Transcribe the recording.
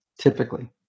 typically